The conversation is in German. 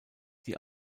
die